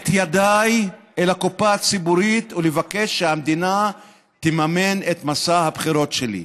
את ידיי אל הקופה הציבורית ואבקש שהמדינה תממן את מסע הבחירות שלי.